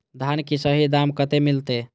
धान की सही दाम कते मिलते?